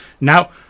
Now